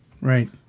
Right